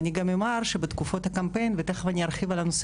אני גם אומר שבתקופות הקמפיין ותיכף אני ארחיב בנושא